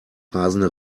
rasende